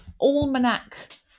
Almanac